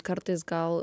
kartais gal